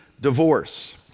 divorce